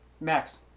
Max